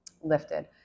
lifted